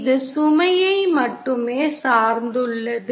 இது சுமையை மட்டுமே சார்ந்துள்ளது